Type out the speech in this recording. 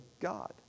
God